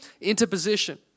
interposition